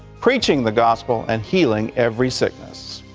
preaching the gospel and healing every sickness.